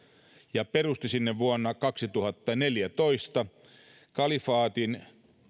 ja perusti sinne vuonna kaksituhattaneljätoista kalifaatin järkyttävin